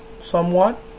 somewhat